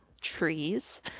trees